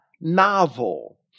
novel